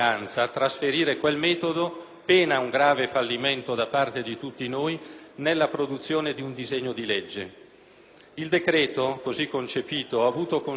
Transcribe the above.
Il decreto, così concepito, ha avuto conseguenze comunque negative.